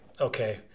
okay